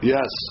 Yes